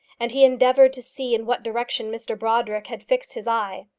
and he endeavoured to see in what direction mr brodrick had fixed his eye.